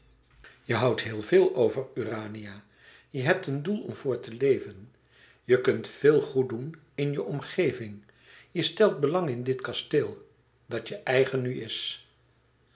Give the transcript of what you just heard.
je houdt heel veel over urania je hebt een doel om voor te leven je kunt veel goed doen in je omgeving je stelt belang in dit kasteel dat je eigen nu is